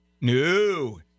No